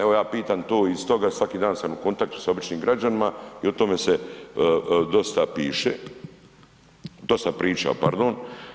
Evo, ja pitam to iz toga, svaki dan sam u kontaktu sa običnim građanima i o tome se dosta piše, dosta priča, pardon.